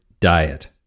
diet